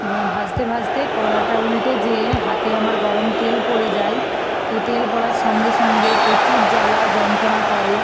এবার ভাজতে ভাজতে কড়াটা উলটে যেয়ে হাতে আমার গরম তেল পড়ে যায় তো তেল পড়ার সঙ্গে সঙ্গে প্রচুর জ্বালা যন্ত্রণা করে